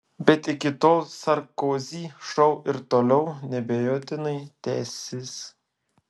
bet iki tol sarkozy šou ir toliau neabejotinai tęsis